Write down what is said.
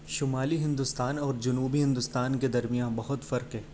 شمالی ہندوستان اور جنوبی ہندوستان کے درمیاں بہت فرق ہے